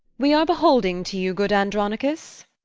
we are beholding to you, good andronicus.